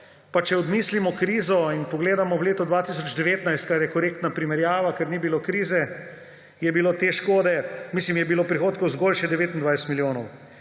pa če odmislimo krizo in pogledamo v leto 2019, kar je korektna primerjava, ker ni bilo krize, je bilo prihodkov zgolj še 29 milijonov.